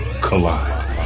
collide